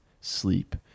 sleep